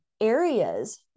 areas